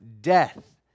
Death